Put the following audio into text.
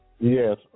Yes